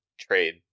trade